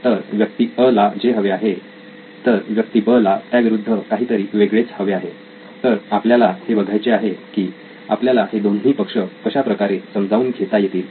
तर व्यक्ती "अ" ला जे हवे आहे तर व्यक्ती "ब" ला त्याविरुद्ध काहीतरी वेगळेच हवे आहे तर आपल्याला हे बघायचे आहे की आपल्याला हे दोन्ही पक्ष कशा प्रकारे समजावून घेता येतील